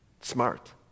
Smart